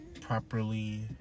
properly